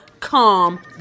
Calm